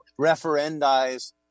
referendize